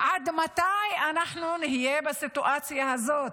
עד מתי אנחנו נהיה בסיטואציה הזו?